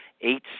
eight